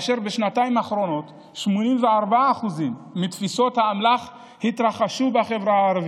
ובשנתיים האחרונות 84% מתפיסות האמל"ח התרחשו בחברה הערבית.